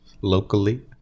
Locally